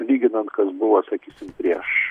lyginant kas buvo sakysim prieš